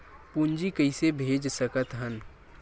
पूंजी कइसे भेज सकत हन?